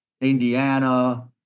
Indiana